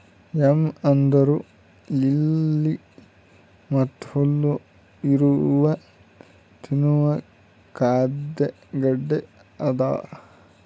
M ಅಂದುರ್ lily ಮತ್ತ ಹುಲ್ಲು ಇರೊ ತಿನ್ನುವ ಖಾದ್ಯ ಗಡ್ಡೆ ಅದಾ